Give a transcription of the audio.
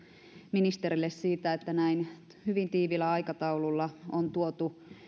ministerille siitä että näin hyvin tiiviillä aikataululla on tuotu